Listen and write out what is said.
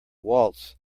waltz